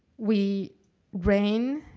we ran,